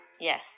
Yes